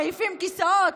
מעיפים כיסאות,